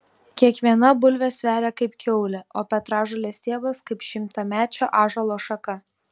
kiekviena bulvė sveria kaip kiaulė o petražolės stiebas kaip šimtamečio ąžuolo šaka